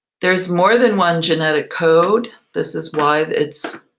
there's more than one genetic code. this is why it's